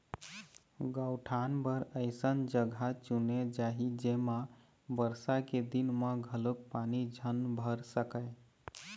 गउठान बर अइसन जघा चुने जाही जेमा बरसा के दिन म घलोक पानी झन भर सकय